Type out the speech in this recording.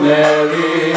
Mary